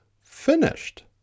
finished